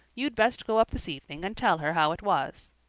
you'd best go up this evening and tell her how it was.